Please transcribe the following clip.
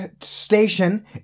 station